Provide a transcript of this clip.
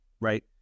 Right